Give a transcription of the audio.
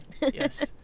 Yes